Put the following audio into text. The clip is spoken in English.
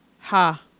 ha